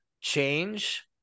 change